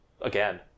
again